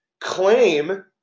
claim